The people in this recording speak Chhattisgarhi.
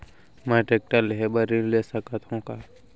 मैं टेकटर लेहे बर ऋण ले सकत हो का?